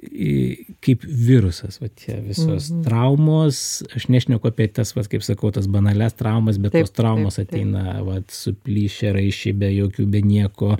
į kaip virusas vat tie visos traumos aš nešneku apie tas vat kaip sakau tas banalias traumas bet tos traumos ateina vat suplyšę raiščiai be jokių be nieko